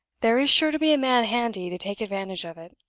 there is sure to be a man handy to take advantage of it.